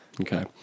okay